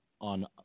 on